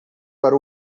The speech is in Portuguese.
para